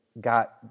got